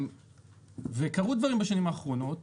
קרו דברים בשנים האחרונות